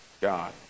God